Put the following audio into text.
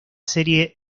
serie